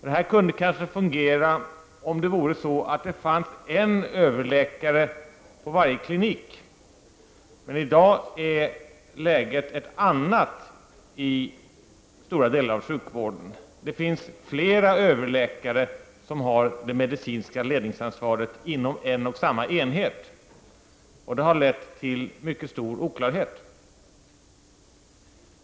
Det här kunde kanske fungera om det fanns en överläkare på varje klinik, men i dag är läget ett annat i stora delar av sjukvården. Det finns flera överlä SS kare som har det medicinska ledningsansvaret inom en och samma enhet, och det har lett till mycket stor oklarhet.